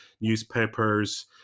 newspapers